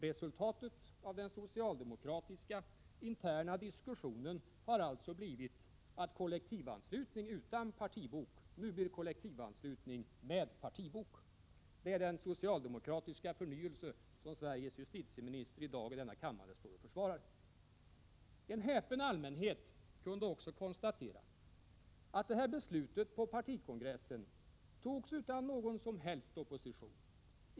Resultatet av den socialdemokratiska interna diskussionen har alltså blivit att kollektivanslutning utan partibok nu blir kollektivanslutning med partibok! Det är den socialdemokratiska förnyelse som Sveriges justitieminister i dag försvarar i denna kammare. En häpen allmänhet kunde också konstatera att beslutet på partikongressen togs utan någon som helst opposition.